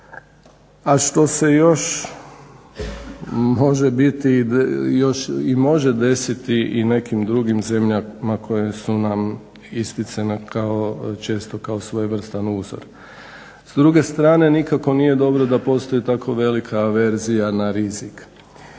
a što se još i može desiti i nekim drugim zemljama koje su nam isticane često kao svojevrstan uzor. S druge strane nikako nije dobro da postoji tako velika averzija na rizik